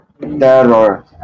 terror